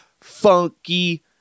funky